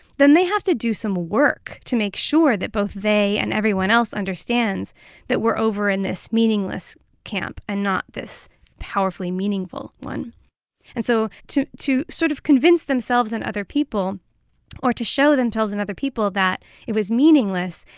then they have to do some work to make sure that both they and everyone else understands that we're over in this meaningless camp and not this powerfully meaningful one and so to to sort of convince themselves and other people or to show themselves and other people that it was meaningless,